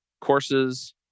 courses